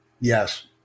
yes